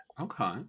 Okay